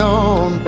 on